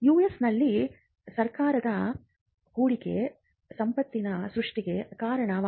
ಯುಎಸ್ನಲ್ಲಿ ಸರ್ಕಾರದ ಹೂಡಿಕೆಯು ಸಂಪತ್ತಿನ ಸೃಷ್ಟಿಗೆ ಕಾರಣವಾಗಿದೆ